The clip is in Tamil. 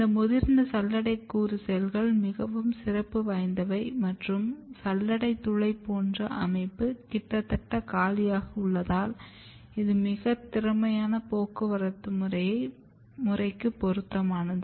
இந்த முதிர்ந்த சல்லடை கூறு செல்கள் மிகவும் சிறப்பு வாய்ந்தவை மற்றும் சல்லடை துளை போன்ற அமைப்பு கிட்டத்தட்ட காலியாக உள்ளதால் இது மிக திறமையான போக்குவரத்து முறைக்கு பொருத்தமானது